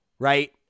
right